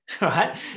right